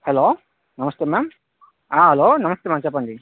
hello నమస్తే ma'am ఆ hello నమస్తే మ్యామ్ చెప్పండి